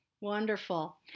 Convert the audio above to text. Wonderful